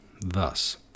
Thus